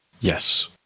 Yes